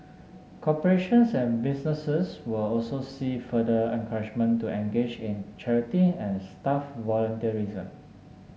corporations and businesses will also see further encouragement to engage in charity and staff volunteerism